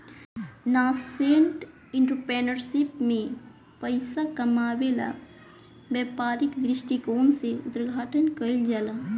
nascent entrepreneurship में पइसा कामायेला व्यापारिक दृश्टिकोण से उद्घाटन कईल जाला